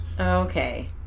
Okay